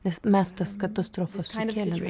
nes mes tas katastrofas sukėlėme